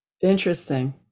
interesting